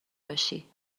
باشی